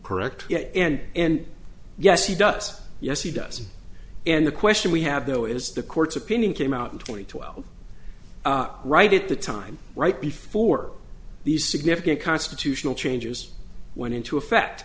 correct and and yes he does yes he does and the question we have though is the court's opinion came out in twenty two well right at the time right before these significant constitutional changes went into effect